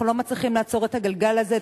אנחנו לא מצליחים לעצור את הגלגל הזה,